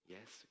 Yes